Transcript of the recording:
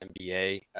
MBA